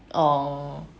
orh